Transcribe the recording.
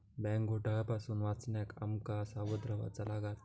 bank घोटाळा पासून वाचण्याक आम का सावध रव्हाचा लागात